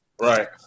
Right